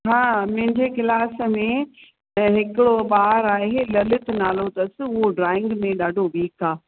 हा मुंहिंजे क्लास में हिकिड़ो ॿार आहे ललित नालो अथसि उहो ड्राइंग में ॾाढो वीक आहे